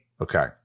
okay